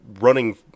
running